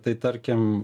tai tarkim